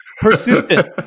persistent